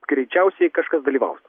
greičiausiai kažkas dalyvaus